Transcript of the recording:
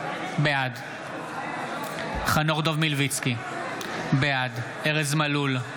בעד חנוך דב מלביצקי, בעד ארז מלול,